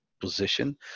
Position